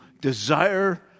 desire